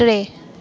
टे